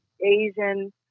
Asian